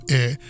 air